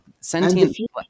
Sentient